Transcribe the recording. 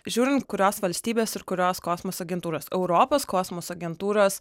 žiūrint kurios valstybės ir kurios kosmoso agentūros europos kosmoso agentūros